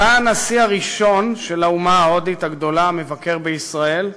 אתה הנשיא הראשון של האומה ההודית הגדולה המבקר בישראל,